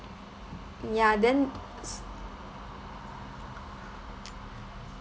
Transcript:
ya then